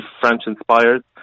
French-inspired